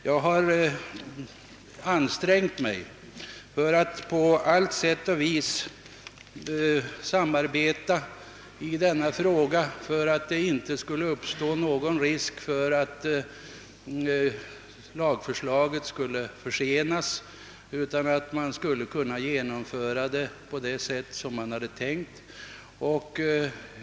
Jag har ansträngt mig på allt vis för att samarbeta i denna fråga i syfte att undvika varje risk för försening av lagförslaget, så att detta skulle kunna framläggas såsom var planerat.